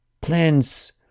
plants